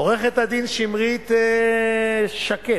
עורכת-הדין שמרית שקד-גיטלין,